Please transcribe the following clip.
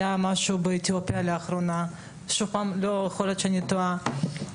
לאחרונה משהו באתיופיה אבל יכול להיות שאני טועה.